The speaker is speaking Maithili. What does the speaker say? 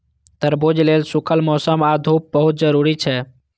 तरबूज लेल सूखल मौसम आ धूप बहुत जरूरी छै